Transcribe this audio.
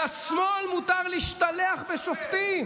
שמעת אתמול, אין אפילו סריטה אחת על אף שוטר.